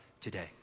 today